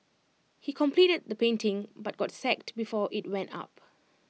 he completed the painting but got sacked before IT went up